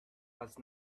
was